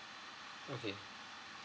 okay